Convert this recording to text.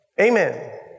Amen